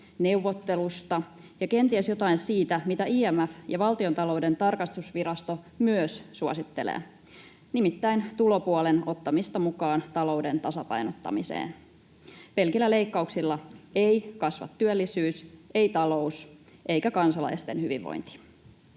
neuvottelusta ja kenties jotain siitä, mitä IMF ja Valtiontalouden tarkastusvirasto myös suosittelevat, nimittäin tulopuolen ottamista mukaan talouden tasapainottamiseen. Pelkillä leikkauksilla ei kasva työllisyys, ei talous eikä kansalaisten hyvinvointi.